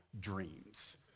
dreams